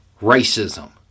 racism